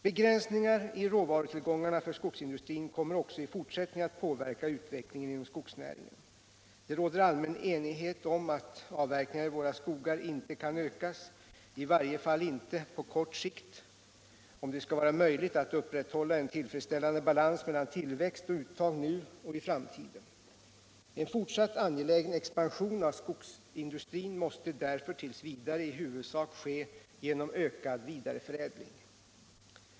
Begränsningar i råvarutillgångarna för skogsindustrin kommer också i fortsättningen att påverka utvecklingen inom skogsnäringen. Det råder allmän enighet om att avverkningarna i våra skogar inte kan ökas, i varje fall inte på kort sikt, om det skall vara möjligt att upprätthålla en tillfredsställande balans mellan tillväxt och uttag nu och i framtiden. En fortsatt angelägen expansion av skogsindustrin måste därför t. v. i huvudsak ske genom ökad vidareförädling.